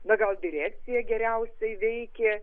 na gal direkcija geriausiai veikė